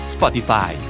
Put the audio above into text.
Spotify